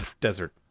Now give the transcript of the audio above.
desert